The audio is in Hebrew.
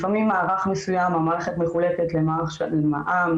לפעמים מערך מסוים המערכת מחולקת למערך של מע"מ,